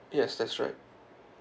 yes that's right